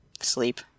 sleep